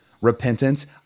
repentance